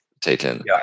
taken